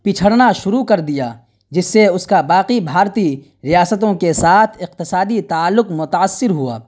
پچھڑنا شروع کردیا جس سے اس کا باقی بھارتی ریاستوں کے ساتھ اقتصادی تعلق متاثر ہوا